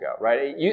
right